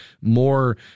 more